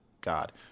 God